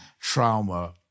trauma